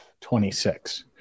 26